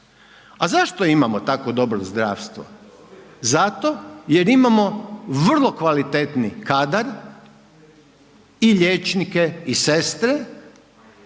A zašto imamo tako dobro zdravstvo? Zato jer imamo vrlo kvalitetni kadar i liječnike i sestre